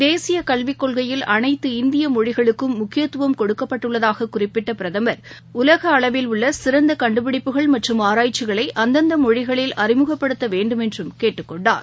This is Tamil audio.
தேசிய கல்விக் கொள்கையில் அனைத்து இந்திய மொழிகளுக்கும் முக்கியத்துவம் கொடுக்கப்பட்டுள்ளதாகக் குறிப்பிட்ட பிரதமா் உலக அளவில் உள்ள சிறந்த கண்டுபிடிப்புகள் மற்றும் ஆராய்ச்சிகளை அந்தந்த மொழிகளில் அறிமுகப்படுத்த வேணடுமென்று கேட்டுக் கொண்டார்